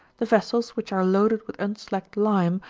the vessels which are loaded with unslacked lime,